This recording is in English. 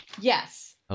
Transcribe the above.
Yes